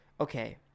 okay